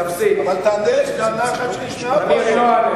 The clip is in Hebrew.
אבל תענה על טענה אחת שנשמעה כאן,